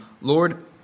Lord